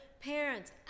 Parents